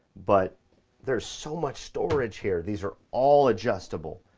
but there's so much storage here. these are all adjustable,